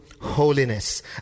holiness